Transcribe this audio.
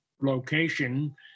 location